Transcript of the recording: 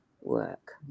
work